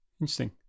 Interesting